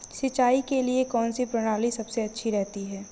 सिंचाई के लिए कौनसी प्रणाली सबसे अच्छी रहती है?